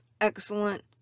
excellent